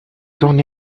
son